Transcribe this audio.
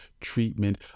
treatment